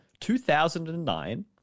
2009